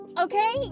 Okay